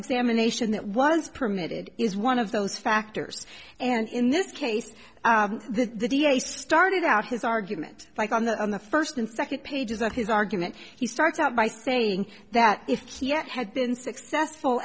examination that was permitted is one of those factors and in this case the da started out his argument like on the on the first and second pages of his argument he starts out by saying that if kiev had been successful